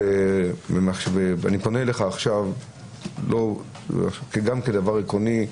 אני פונה אליך עכשיו גם כדבר עקרוני.